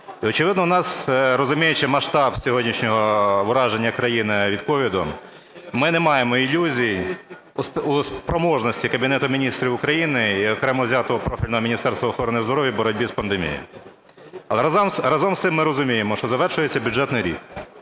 очевидно, у нас, розуміючи масштаб сьогоднішнього ураження країни COVID, ми не маємо ілюзій у спроможності Кабінету Міністрів України і окремо взятого профільного Міністерства охорони здоров'я в боротьбі з пандемією. Але разом з цим ми розуміємо, що завершується бюджетний рік,